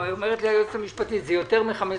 אומרת לי היועצת המשפטית שזה יותר מ-15%